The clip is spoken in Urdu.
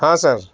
ہاں سر